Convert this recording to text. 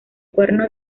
cuerno